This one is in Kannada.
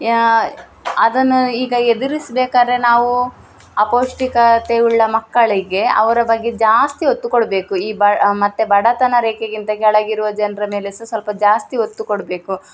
ಅದನ್ನು ಈಗ ಎದುರಿಸ್ಬೇಕಾದ್ರೆ ನಾವು ಅಪೌಷ್ಟಿಕತೆ ಉಳ್ಳ ಮಕ್ಕಳಿಗೆ ಅವರ ಬಗ್ಗೆ ಜಾಸ್ತಿ ಒತ್ತು ಕೊಡಬೇಕು ಈ ಬ ಮತ್ತು ಬಡತನ ರೇಖೆಗಿಂತ ಕೆಳಗಿರುವ ಜನರ ಮೇಲೆ ಸಹ ಸ್ವಲ್ಪ ಜಾಸ್ತಿ ಒತ್ತು ಕೊಡಬೇಕು